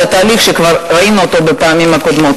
התהליך שכבר ראינו אותו בפעמים הקודמות.